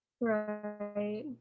Right